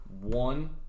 one